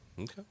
Okay